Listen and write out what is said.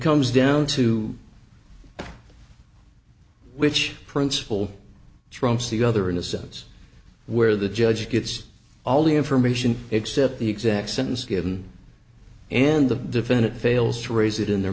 comes down to which principle trumps the other in a sense where the judge gets all the information except the exact sentence given and the defendant fails to raise it in their